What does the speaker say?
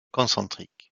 concentriques